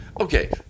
Okay